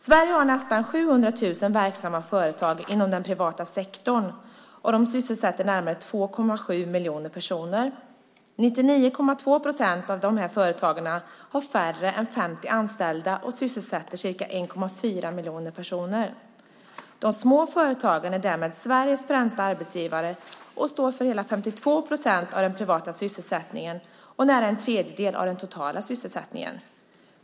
Sverige har nästan 700 000 verksamma företag inom den privata sektorn och de sysselsätter närmare 2,7 miljoner personer. 99,2 procent av dessa företag har färre än 50 anställda och sysselsätter ca 1,4 miljoner personer. De små företagen är därmed Sveriges främsta arbetsgivare och står för hela 52 procent av den privata sysselsättningen och för nära en tredjedel av den totala sysselsättningen.